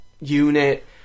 Unit